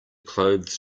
clothes